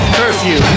curfew